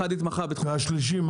אחד התמחה בתחום --- ומה עם השלישי?